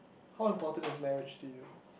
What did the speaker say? how important is marriage to you